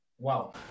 Wow